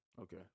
Okay